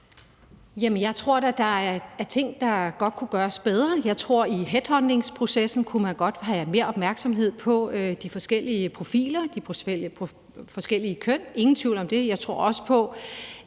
jeg tror da, at der er ting, der godt kunne gøres bedre. Jeg tror, at man i headhuntingprocessen godt kunne have mere opmærksomhed på de forskellige profiler, på de forskellige køn – ingen tvivl om det. Jeg tror også på,